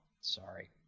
sorry